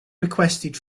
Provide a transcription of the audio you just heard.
requested